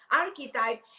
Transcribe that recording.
archetype